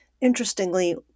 interestingly